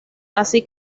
así